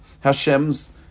Hashem's